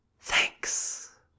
thanks